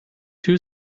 two